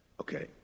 Okay